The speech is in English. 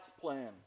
plan